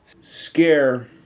scare